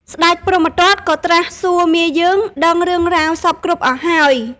ស្តេចព្រហ្មទត្តក៏ត្រាស់សួរមាយើងដឹងរឿងរ៉ាវសព្វគ្រប់អស់ហើយ។